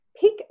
pick